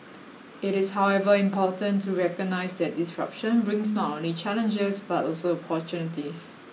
it is however important to recognise that disruption brings not only challenges but also opportunities